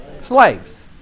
Slaves